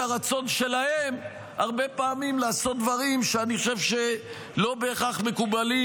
הרצון שלהם הרבה פעמים לעשות דברים שאני חושב שלא בהכרח מקובלים,